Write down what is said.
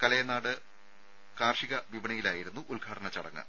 കലയനാട് കാർഷിക വിപണിയിലായിരുന്നു ഉദ്ഘാടന ചടങ്ങ്